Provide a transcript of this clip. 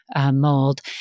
mold